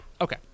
Okay